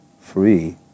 free